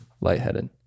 lightheaded